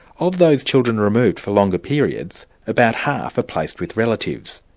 of those children removed for longer periods, about half are placed with relatives.